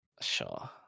Sure